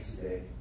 today